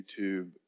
YouTube